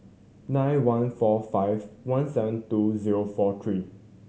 nine one four five one seven two zero four three